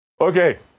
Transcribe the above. Okay